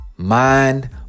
Mind